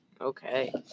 Okay